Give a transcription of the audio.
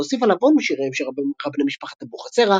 והוסיף עליו עוד משיריהם של רבני משפחת אבוחצירא,